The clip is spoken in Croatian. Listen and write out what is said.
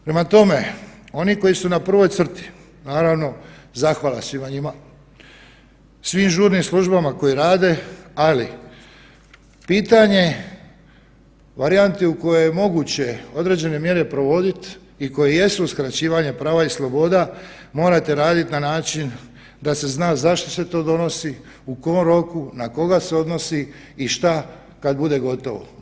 Prema tome, oni koji su na prvoj crti, naravno zahvala svima njima svim žurnim službama koje rade, ali pitanje varijanti u kojoj je moguće određene mjere provodit i koje jesu uskraćivanje prava i sloboda morate raditi na način da se zna zašto se to donosi, u kom roku, na koga se odnosi i šta kad bude gotovo.